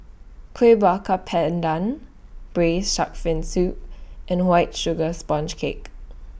Kueh Bakar Pandan Braised Shark Fin Soup and White Sugar Sponge Cake